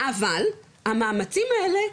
אבל המאמצים האלה,